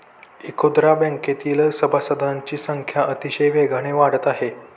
इखुदरा बँकेतील सभासदांची संख्या अतिशय वेगाने वाढत आहे